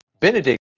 Benedict